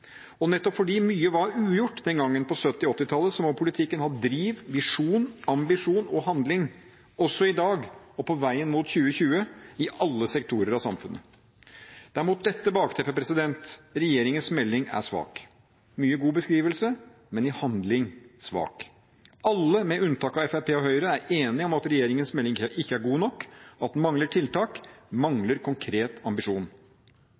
Og nettopp fordi mye var ugjort den gangen på 1970- og 1980-tallet, må politikken ha driv, visjon, ambisjon og handling også i dag, og på veien mot 2020, i alle sektorer av samfunnet. Det er mot dette bakteppet regjeringens melding er svak – mye god beskrivelse, men i handling svak. Alle – med unntak av Fremskrittspartiet og Høyre – er enige om at regjeringens melding ikke er god nok, at den mangler tiltak, mangler konkret ambisjon.